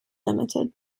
limited